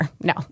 no